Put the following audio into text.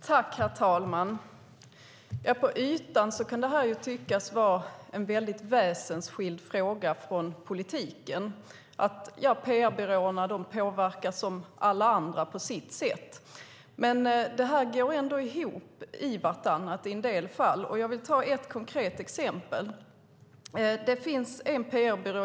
Herr talman! På ytan kan detta tyckas vara en fråga som är helt väsensskild från politiken. PR-byråerna påverkar som alla andra på sitt sätt. Men det går ändå i vartannat i en del fall, och jag vill ta ett konkret exempel.